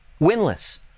winless